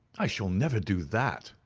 i shall never do that,